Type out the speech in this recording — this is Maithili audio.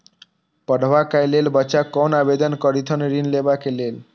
पढ़वा कै लैल बच्चा कैना आवेदन करथिन ऋण लेवा के लेल?